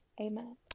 amen